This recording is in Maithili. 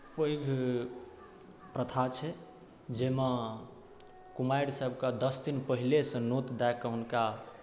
पैघ प्रथा छै जाहिमे कुमारिसभके दस दिन पहिनेसँ नोत दए कऽ हुनका